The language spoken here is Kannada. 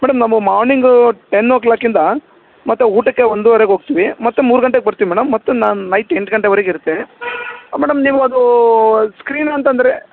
ಮೇಡಮ್ ನಾವು ಮಾರ್ನಿಂಗ್ ಟೆನ್ ಓ ಕ್ಲಾಕಿಂದ ಮತ್ತೆ ಊಟಕ್ಕೆ ಒಂದುವರೆಗೆ ಹೋಗ್ತಿವಿ ಮತ್ತೆ ಮೂರು ಗಂಟೆಗೆ ಬರ್ತಿವಿ ಮೇಡಮ್ ಮತ್ತೆ ನಾನು ನೈಟ್ ಎಂಟು ಗಂಟೆವರೆಗೆ ಇರ್ತೆನೆ ಮೇಡಮ್ ನೀವು ಅದು ಸ್ಕ್ರೀನ್ ಅಂತಂದರೆ